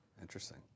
Interesting